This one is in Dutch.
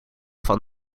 van